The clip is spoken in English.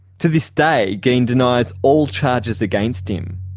to this day, geen denies all charges against him.